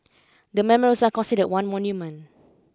the memorials are considered one monument